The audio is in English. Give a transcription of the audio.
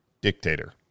dictator